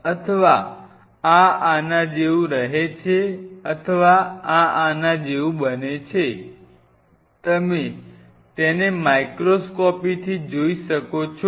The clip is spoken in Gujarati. અથવા આ આના જેવું રહે છે અથવા આ આના જેવું બને છે તમે તેને માઇક્રોસ્કોપીથી જોઈ શકો છો